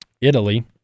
Italy